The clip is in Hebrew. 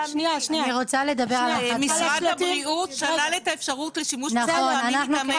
משרד הבריאות שלל את האפשרות לשימוש בכלים חד פעמיים.